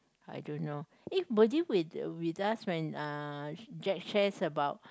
I don't know eh were you with with us when uh Jack shares about